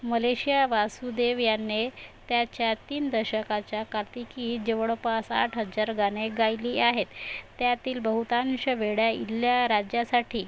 Malaysia Vasudevan याने त्याच्या तीन दशकाच्या कार्तिकीत जवळपास आठ हजार गाणे गायली आहेत त्यातील बहुतांश वेळा इलैयाराजासाठी